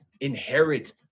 inherit